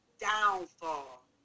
downfall